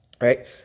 Right